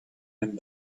and